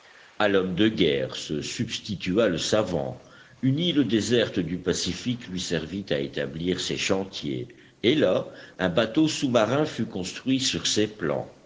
à l'homme de guerre se substitua le savant une île déserte du pacifique lui servit à établir ses chantiers et là un bateau sous-marin fut construit sur ses plans